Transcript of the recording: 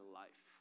life